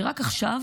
שרק עכשיו